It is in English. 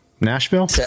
Nashville